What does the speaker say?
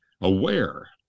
aware